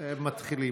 מתחילים.